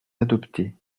adopter